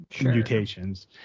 mutations